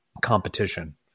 competition